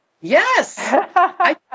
Yes